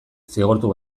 zigortu